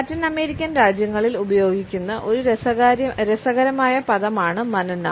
Latin American രാജ്യങ്ങളിൽ ഉപയോഗിക്കുന്ന ഒരു രസകരമായ പദം ആണ് മനന